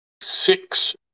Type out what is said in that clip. six